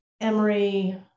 Emory